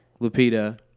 Lupita